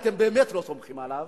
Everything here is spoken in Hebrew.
אני יודע שאתם באמת לא סומכים עליו,